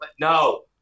no